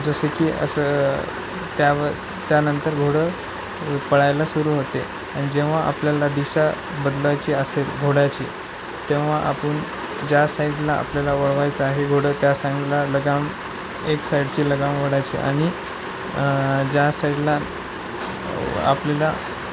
जसे की असं त्यावर त्यानंतर घोडं पळायला सुरू होते आणि जेव्हा आपल्याला दिसायला बदलायची असेल घोड्याची तेव्हा आपण ज्या साईडला आपल्याला वळवायचं आहे घोडं त्या सांगला लगाम एक साईडची लगाम ओढायची आणि ज्या साईडला आपल्याला